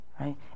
Right